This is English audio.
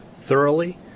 thoroughly